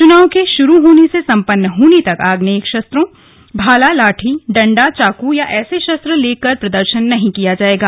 चुनाव के शुरू होने से सम्पन्न होने तक आग्नेय शस्त्रों भाला लाठी डण्डा चाक या ऐसे शस्त्र लेकर प्रदर्शन नहीं किया जाएगा